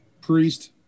Priest